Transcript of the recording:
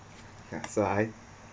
ya so I